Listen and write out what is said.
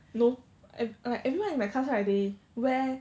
no every~ like everyone in my class right they wear